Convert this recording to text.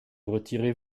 retirez